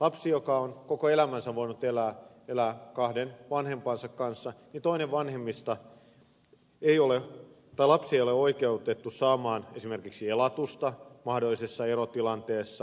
lapsi joka on koko elämänsä voinut elää kahden vanhempansa kanssa ei ole oikeutettu saamaan esimerkiksi elatusta mahdollisessa erotilanteessa